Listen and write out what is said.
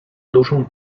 dużą